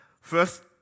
First